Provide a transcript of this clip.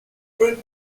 print